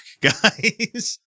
guys